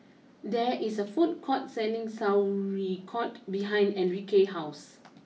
there is a food court selling Sauerkraut behind Enrique house